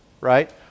right